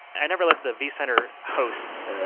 i never let the vcenter hosts,